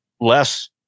less